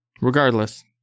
Regardless